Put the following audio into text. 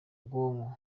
bwonko